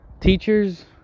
teachers